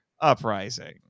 Uprising